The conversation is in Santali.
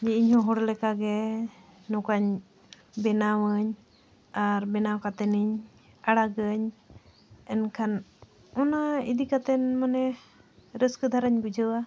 ᱡᱮ ᱤᱧᱦᱚᱸ ᱦᱚᱲ ᱞᱮᱠᱟᱜᱮ ᱱᱚᱠᱟᱧ ᱵᱮᱱᱟᱣᱟᱹᱧ ᱟᱨ ᱵᱮᱱᱟᱣ ᱠᱟᱛᱮᱫ ᱤᱧ ᱟᱲᱟᱜᱟᱹᱧ ᱮᱱᱠᱷᱟᱱ ᱚᱱᱟ ᱤᱫᱤ ᱠᱟᱛᱮᱫ ᱢᱟᱱᱮ ᱨᱟᱹᱥᱠᱟᱹ ᱫᱷᱟᱨᱟᱧ ᱵᱩᱡᱷᱟᱹᱣᱟ